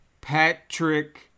Patrick